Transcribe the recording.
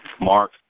Mark